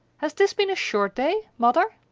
has this been a short day, mother?